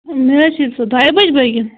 مےٚ حظ چھِ سُہ دۄیہِ بَجہِ بٲگِن